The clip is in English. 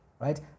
right